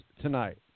tonight